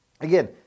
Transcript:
again